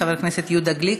חבר הכנסת יהודה גליק,